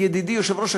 ידידי ראש הקואליציה,